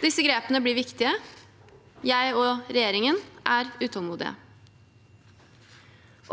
Disse grepene blir viktige. Jeg og regjeringen er utålmodige.